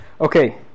Okay